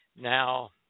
now